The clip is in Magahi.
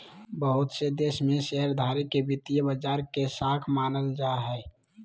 बहुत से देश में शेयरधारी के वित्तीय बाजार के शाख मानल जा हय